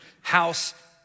house